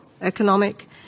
economic